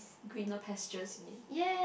greener pastures you mean